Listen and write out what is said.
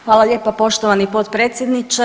Hvala lijepa poštovani potpredsjedniče.